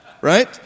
Right